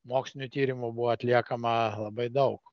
mokslinių tyrimų buvo atliekama labai daug